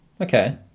Okay